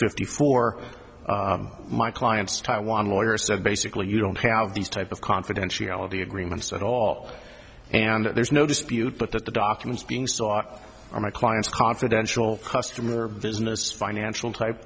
fifty four my clients taiwan lawyers said basically you don't have these type of confidentiality agreements at all and there's no dispute but that the documents being sought are my clients confidential customer business financial type